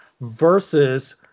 versus